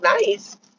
nice